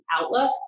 outlook